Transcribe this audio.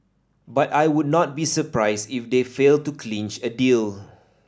but I would not be surprised if they fail to clinch a deal